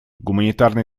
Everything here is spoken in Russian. гуманитарные